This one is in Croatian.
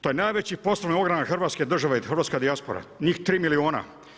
To je najveći poslovni ogranak Hrvatske države i hrvatska dijaspora, njih 3 milijona.